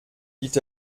dit